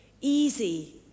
easy